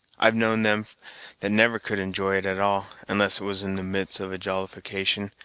i've known them that never could enjoy it at all, unless it was in the midst of a jollification,